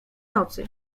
nocy